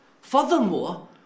Furthermore